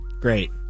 Great